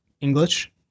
English